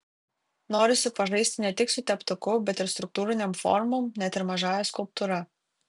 norisi pažaisti ne tik su teptuku bet ir struktūrinėm formom net ir mažąja skulptūra